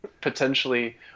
potentially